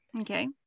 okay